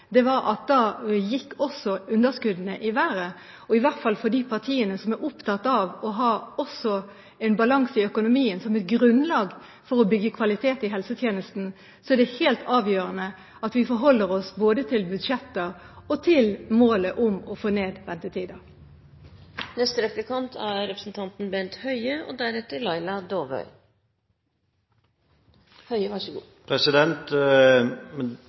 om, var at da gikk også underskuddene i været. I hvert fall for de partiene som er opptatt av å ha en balanse i økonomien som et grunnlag for å bygge kvalitet i helsetjenesten, er det helt avgjørende at vi forholder oss både til budsjetter og til målet om å få ned ventetiden. Det er også viktig at representanter fra regjeringen, statsråden og